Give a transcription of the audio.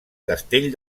castell